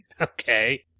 Okay